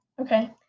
Okay